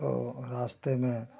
और रास्ते में